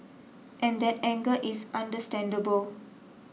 and that anger is understandable